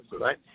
Right